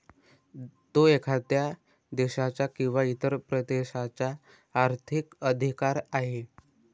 तो एखाद्या देशाचा किंवा इतर प्रदेशाचा आर्थिक अधिकार आहे